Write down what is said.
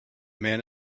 man